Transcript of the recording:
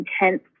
intense